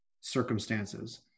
circumstances